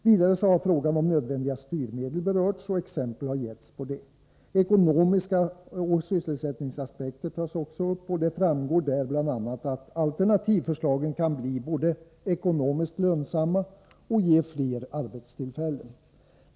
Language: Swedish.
Vidare har frågan om nödvändiga styrmedel berörts och exempel getts på detta. Ekonomiska aspekter och sysselsättningsaspekter tas även upp, och det framgår där bl.a. att alternativförslagen kan bli både ekonomiskt lönsamma och ge flera arbetstillfällen.